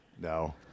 No